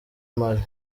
mali